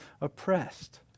oppressed